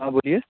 हाँ बोलिए